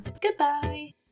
Goodbye